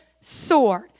sword